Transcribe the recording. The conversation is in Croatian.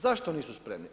Zašto nisu spremni?